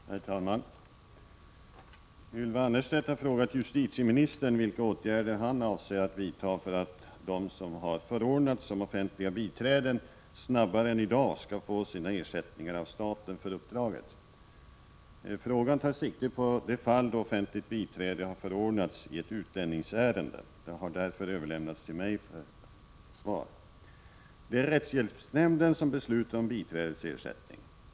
Herr talman! Ylva Annerstedt har frågat justitieministern vilka åtgärder han avser att vidta för att de som har förordnats som offentliga biträden snabbare än i dag skall få sina ersättningar av staten för uppdraget. Frågan tar sikte på de fall då offentligt biträde har förordnats i ett utlänningsärende. Den har därför överlämnats till mig för svar. Det är rättshjälpsnämnden som beslutar om biträdets ersättning.